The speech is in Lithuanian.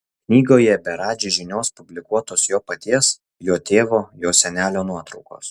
knygoje be radži žinios publikuotos jo paties jo tėvo jo senelio nuotraukos